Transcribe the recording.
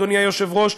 אדוני היושב-ראש,